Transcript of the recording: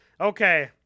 Okay